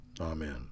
Amen